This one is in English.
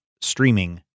streaming